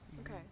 okay